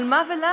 על מה ולמה?